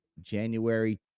january